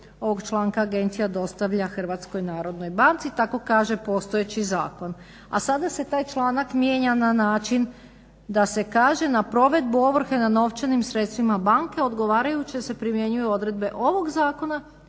ovog članka agencija dostavlja Hrvatskoj narodnoj banci. Tako kaže postojeći zakon. A sada se taj članak mijenja na način da se kaže na provedbu ovrhe na novčanim sredstvima banke odgovarajuće se primjenjuju odredbe ovog zakona